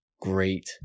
great